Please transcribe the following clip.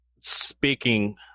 speaking